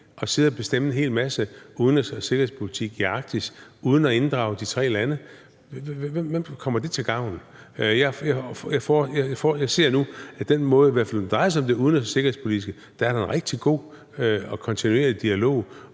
at sidde og bestemme en hel masse udenrigs- og sikkerhedspolitik i Arktis uden at inddrage de tre lande? Hvem kommer det til gavn? Jeg ser nu, at der, i hvert fald når det drejer sig om det udenrigs- og sikkerhedspolitiske, er en rigtig god og kontinuerlig dialog,